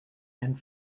and